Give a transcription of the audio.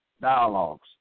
dialogues